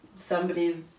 somebody's